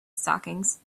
stockings